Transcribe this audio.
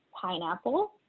pineapple